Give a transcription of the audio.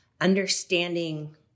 understanding